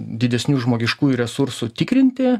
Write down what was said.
didesnių žmogiškųjų resursų tikrinti